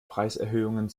preiserhöhungen